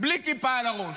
בלי כיפה על הראש?